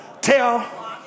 tell